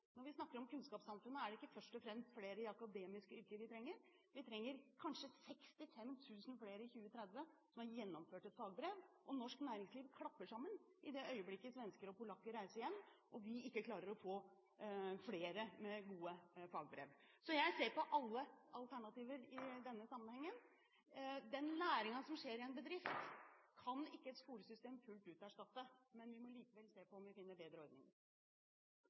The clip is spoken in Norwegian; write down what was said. Når vi snakker om kunnskapssamfunnet, er det ikke først og fremst flere i akademiske yrker vi trenger. I 2030 trenger vi kanskje 65 000 flere som har fått et fagbrev. Norsk næringsliv klapper sammen i det øyeblikket svensker og polakker reiser hjem og vi ikke klarer å få flere med gode fagbrev. Så jeg ser på alle alternativer i denne sammenhengen. Den læringen som skjer i en bedrift, kan ikke et skolesystem fullt ut erstatte, men vi må likevel se på om vi finner bedre